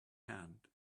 hand